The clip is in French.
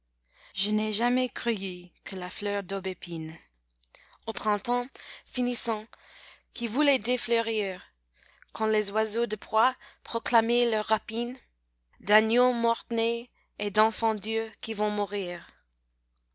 je n'ai jamais cueilli que la fleur d'aubépine aux printemps finissants qui voulaient défleurir quand les oiseaux de proie proclamaient leurs rapines d'agneaux mort-nés et denfants dieux qui vont mourir